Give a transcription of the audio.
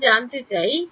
আমি জানতে চাই